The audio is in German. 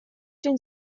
den